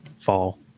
fall